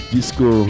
Disco